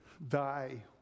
Thy